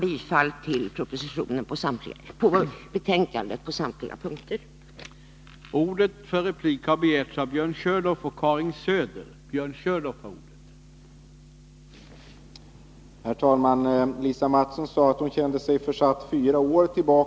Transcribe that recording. Jag yrkar alltså bifall till utskottets hemställan på samtliga punkter i de båda betänkandena.